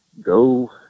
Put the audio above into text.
go